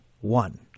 one